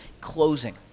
closing